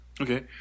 Okay